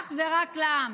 אך ורק לעם.